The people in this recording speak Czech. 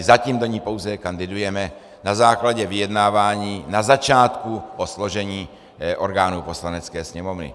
Zatím do ní pouze kandidujeme na základě vyjednávání na začátku o složení orgánů Poslanecké sněmovny.